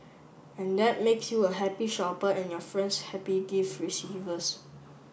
and that makes you a happy shopper and your friends happy gift receivers